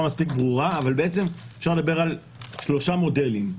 מספיק ברורה אבל אפשר לדבר על שלושה מודלים: